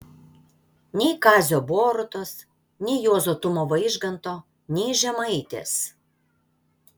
nei kazio borutos nei juozo tumo vaižganto nei žemaitės